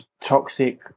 toxic